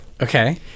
Okay